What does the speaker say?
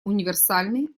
универсальны